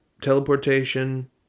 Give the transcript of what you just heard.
teleportation